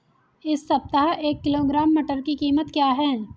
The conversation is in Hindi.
इस सप्ताह एक किलोग्राम मटर की कीमत क्या है?